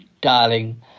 darling